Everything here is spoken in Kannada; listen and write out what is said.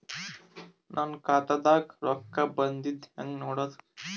ನನ್ನ ಖಾತಾದಾಗ ರೊಕ್ಕ ಬಂದಿದ್ದ ಹೆಂಗ್ ನೋಡದು?